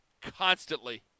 constantly